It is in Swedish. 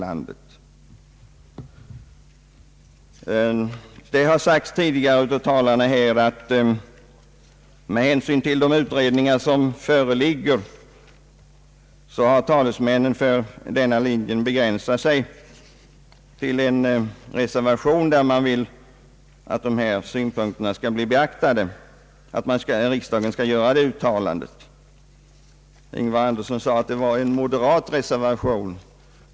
Tidigare talare här har förklarat att talesmännen för vår linje med hänsyn till de utredningar som föreligger har begränsat sig till en reservation, vari begärs att riksdagen skall göra ett uttalande om att dessa synpunkter bör bli beaktade. Herr Ingvar Andersson sade att det var en moderat reservation.